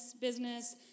business